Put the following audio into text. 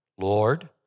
Lord